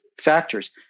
factors